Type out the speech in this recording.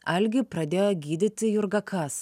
algį pradėjo gydyti jurga kas